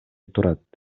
турат